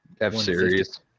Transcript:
f-series